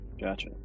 Gotcha